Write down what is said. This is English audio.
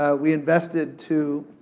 ah we invested to